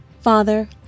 Father